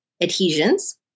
adhesions